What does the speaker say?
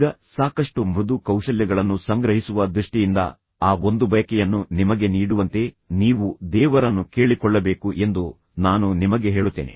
ಈಗ ಸಾಕಷ್ಟು ಮೃದು ಕೌಶಲ್ಯಗಳನ್ನು ಸಂಗ್ರಹಿಸುವ ದೃಷ್ಟಿಯಿಂದ ಆ ಒಂದು ಬಯಕೆಯನ್ನು ನಿಮಗೆ ನೀಡುವಂತೆ ನೀವು ದೇವರನ್ನು ಕೇಳಿಕೊಳ್ಳಬೇಕು ಎಂದು ನಾನು ನಿಮಗೆ ಹೇಳುತ್ತೇನೆ